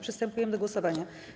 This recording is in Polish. Przystępujemy do głosowania.